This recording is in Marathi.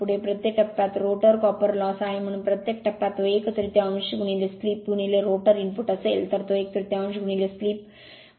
पुढे प्रति टप्प्यात रोटर कॉपर लॉस आहे म्हणून प्रत्येक टप्प्यात तो एक तृतीयांश स्लिप रोटर इनपुट असेल तर तो एक तृतीयांश स्लिप 8 आहे